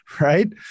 Right